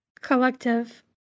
collective